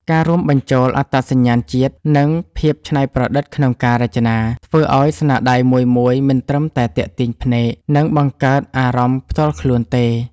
ការរួមបញ្ចូលអត្តសញ្ញាណជាតិ និងភាពច្នៃប្រឌិតក្នុងការរចនា ធ្វើឲ្យស្នាដៃមួយៗ មិនត្រឹមតែទាក់ទាញភ្នែក និងបង្កើតអារម្មណ៍ផ្ទាល់ខ្លួនទេ